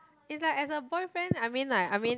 is like as a boyfriend I mean like I mean